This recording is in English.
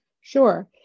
sure